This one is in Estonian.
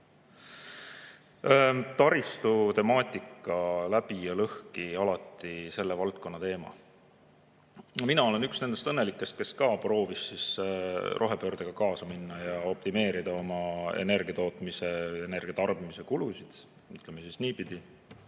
Taristu temaatika – läbi ja lõhki alati selle valdkonna teema. Mina olen üks nendest õnnelikest, kes ka proovis rohepöördega kaasa minna ja optimeerida oma energiatootmise või energia tarbimise kulusid, ütleme siis niipidi,